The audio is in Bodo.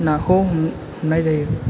नाखौ हमनाय जायो